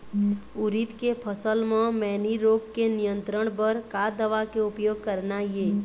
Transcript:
उरीद के फसल म मैनी रोग के नियंत्रण बर का दवा के उपयोग करना ये?